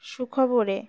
সুখবরে